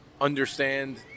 understand